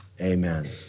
amen